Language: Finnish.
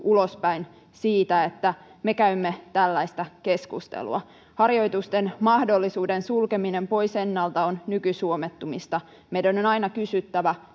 ulospäin siitä että me käymme tällaista keskustelua harjoitusten mahdollisuuden sulkeminen pois ennalta on nykysuomettumista meidän on aina kysyttävä